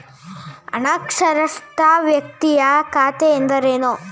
ಅನಕ್ಷರಸ್ಥ ವ್ಯಕ್ತಿಯ ಖಾತೆ ಎಂದರೇನು?